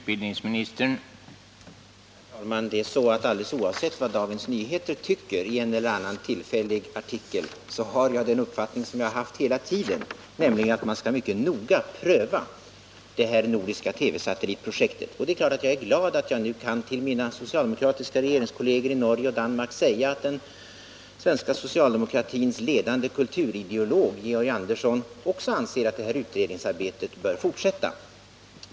Herr talman! Alldeles oavsett vad Dagens Nyheter för tillfället tycker i en eller annan artikel har jag den uppfattning som jag har haft hela tiden, nämligen att man mycket noga skall pröva det nordiska TV-satellitprojektet. Det är klart att jag är glad att jag nu till mina socialdemokratiska regeringskolleger i Norge och Danmark kan säga att den svenska socialdemokratins ledande kulturideolog, Georg Andersson, också anser att utredningsarbetet bör fortsätta.